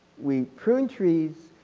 we prune trees,